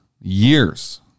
years